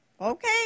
okay